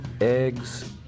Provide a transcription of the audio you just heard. Eggs